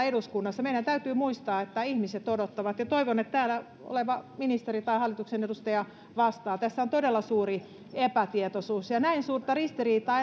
eduskunnassa meidän täytyy muistaa että ihmiset odottavat toivon että täällä oleva ministeri tai hallituksen edustaja vastaa tästä on todella suuri epätietoisuus näin suurta ristiriitaa